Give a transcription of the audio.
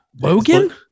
Logan